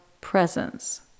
presence